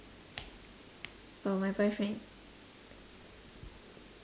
for my boyfriend